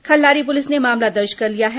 Khallari police ने मामला दर्ज कर लिया है